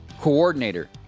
coordinator